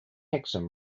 hexham